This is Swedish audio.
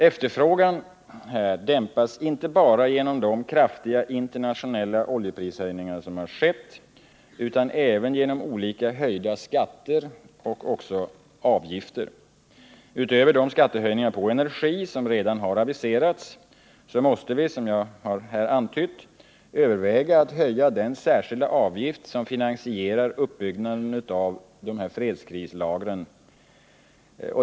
Efterfrågan dämpas inte bara genom de kraftiga internationella oljeprishöjningar som har skett utan även genom olika höjda skatter och avgifter. Utöver de skattehöjningar på energi som redan har aviserats måste vi, som jag här har antytt, överväga att höja den särskilda avgift som finansierar uppbyggnaden av fredskrislagren.